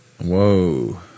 whoa